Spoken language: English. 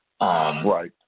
Right